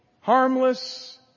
harmless